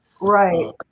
Right